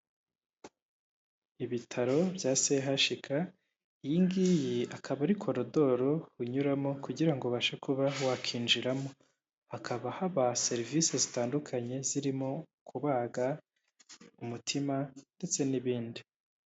Ibitaro bya CHUK, iyi ngiyi akaba ari koridoro unyuramo kugira ubashe kuba wakinjiramo, hakaba haba serivisi zitandukanye zirimo kubaga umutima ndetse n'ibindi.